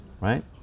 right